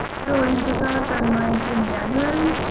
so, in two thousand and nineteen, january,